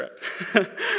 correct